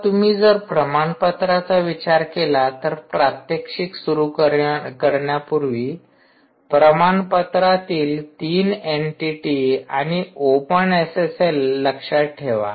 आता तुम्ही जर प्रमाणपत्राचा विचार केला तर प्रात्यक्षिक सुरु करण्यापूर्वी प्रमाणपत्रातील ३ एंटीटी आणि ओपन एसएसएल लक्षात ठेवा